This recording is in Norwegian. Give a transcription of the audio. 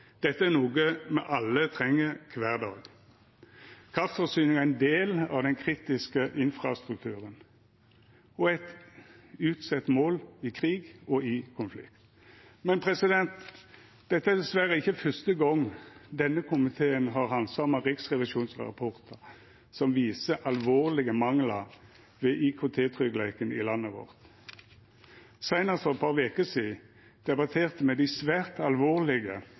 er noko vi alle treng kvar dag. Kraftforsyninga er ein del av den kritiske infrastrukturen og er eit utsett mål i krig og konflikt. Dette er dessverre ikkje fyrste gongen denne komiteen har handsama riksrevisjonsrapportar som viser alvorlege manglar ved IKT-tryggleiken i landet vårt. Seinast for eit par veker sidan debatterte me dei svært alvorlege